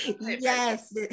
Yes